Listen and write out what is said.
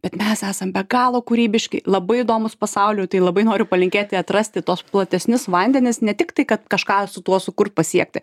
bet mes esam be galo kūrybiški labai įdomūs pasauliui tai labai noriu palinkėti atrasti tuos platesnius vandenis ne tiktai kad kažką su tuo sukurt pasiekti